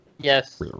Yes